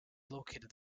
located